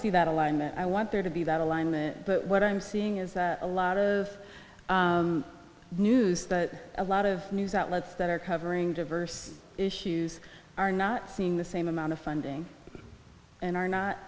see that alignment i want there to be that alignment but what i'm seeing is a lot of news that a lot of news outlets that are covering diverse issues are not seeing the same amount of funding and are not